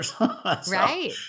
Right